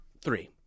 three